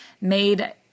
made